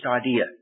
idea